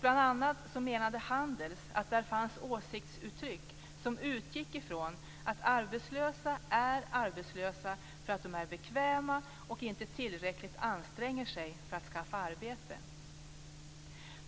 Bl.a. menar Handels att där finns åsiktsuttryck som utgår från att arbetslösa är arbetslösa därför att de är bekväma och inte tillräckligt anstränger sig för att skaffa arbete.